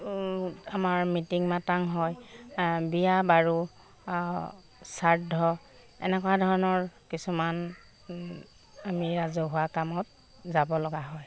আমাৰ মিটিং মাটাং হয় বিয়া বাৰু শ্ৰাদ্ধ এনেকুৱা ধৰণৰ কিছুমান আমি ৰাজহুৱা কামত যাব লগা হয়